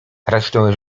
resztę